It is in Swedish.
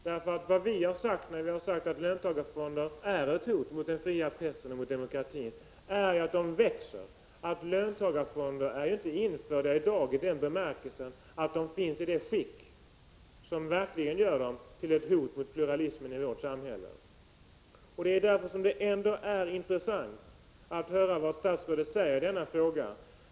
När jag har sagt att löntagarfonder är ett hot mot den fria pressen och demokratin, har jag gjort det därför att de växer och därför att de är utformade så att de verkligen utgör ett hot mot pluralismen i vårt samhälle. Det är intressant att höra vad statsrådet säger i denna fråga.